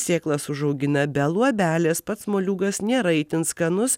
sėklas užaugina be luobelės pats moliūgas nėra itin skanus